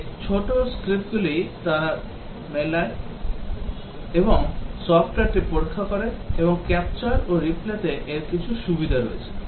এই ছোট স্ক্রিপ্টগুলি তারা চালায় এবং সফ্টওয়্যারটি পরীক্ষা করে এবং ক্যাপচার ও রিপ্লেতে এর কিছু সুবিধা রয়েছে